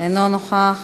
אינו נוכח,